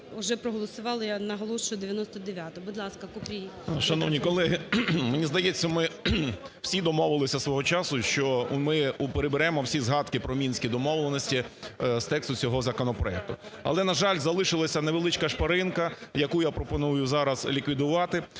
вже проголосували, я наголошую, 99-у. Будь ласка, Купрій. 11:27:38 КУПРІЙ В.М. Шановні колеги, мені здається, ми всі домовилися свого часу, що ми приберемо всі згадки про Мінські домовленості з тексту цього законопроекту. Але, на жаль, залишилася невеличка шпаринка, яку я пропоную зараз ліквідувати.